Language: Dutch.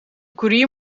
koerier